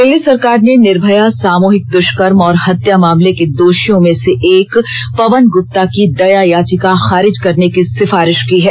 दिल्ली सरकार ने निर्भया सामूहिक दुष्कर्म और हत्या मामले के दोषियों में से एक पवन गुप्ता की दया याचिका खारिज करने की सिफारिश की है